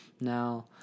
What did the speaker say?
Now